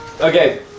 Okay